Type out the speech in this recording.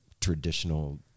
traditional